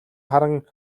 харан